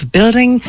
Building